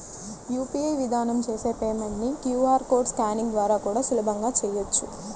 UPI విధానం చేసే payment ని క్యూ.ఆర్ కోడ్ స్కానింగ్ ద్వారా కూడా సులభంగా చెయ్యొచ్చు